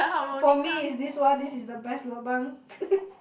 for me is this one this is the best lobang